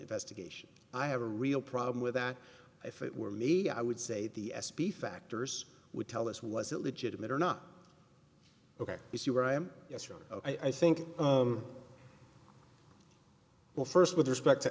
investigation i have a real problem with that if it were me i would say the s p factors would tell us was it legitimate or not ok you see where i am yes wrong i think well first with respect to